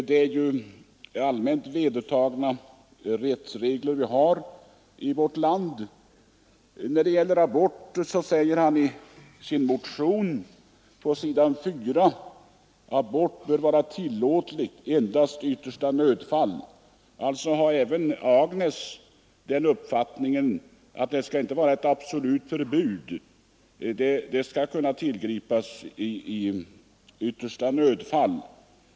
Det är allmänt vedertagna rättsregler i vårt land. Men när det gäller abort säger han på s. 4 i sin motion: ”Abort bör vara tillåtligt endast i yttersta nödfall.” Även herr Nilsson har alltså den uppfattningen att det inte skall vara ett absolut förbud; abort skall kunna tillgripas i yttersta nödfall.